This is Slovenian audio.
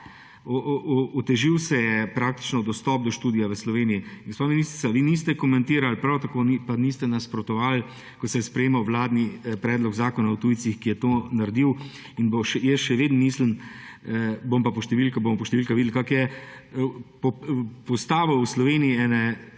otežil se je praktično dostop do študija v Sloveniji. Gospa ministrica, vi niste komentirali, prav tako pa niste nasprotovali, ko se je sprejemal vladni predlog zakona o tujcih, ki je to naredil. In jaz še vedno mislim – bomo po številkah videli, kako je –, da je postavil v Sloveniji